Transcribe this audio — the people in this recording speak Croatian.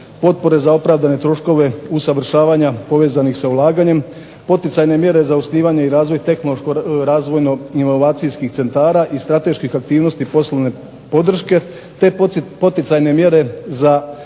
potpore za opravdane troškove usavršavanja povezanih sa ulaganjem, poticajne mjere za osnivanje i razvoj tehnološko-razvojno …/Govornik se ne razumije./… centara i strateških aktivnosti poslovne podrške, te poticajne mjere za